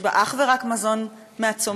יש בה אך ורק מזון מהצומח,